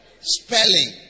spelling